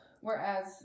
Whereas